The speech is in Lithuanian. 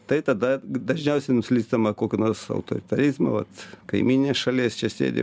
tai tada dažniausiai nuslystama į kokį nors autoritarizmą vat kaimyninės šalies čia sėdi